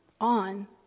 on